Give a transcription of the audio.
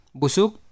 busuk